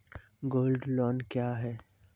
Gold loan loan क्या हैं?